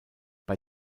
bei